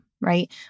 right